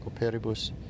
operibus